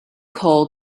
call